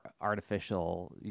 artificial